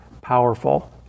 Powerful